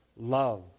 Love